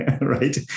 right